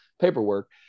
paperwork